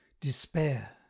despair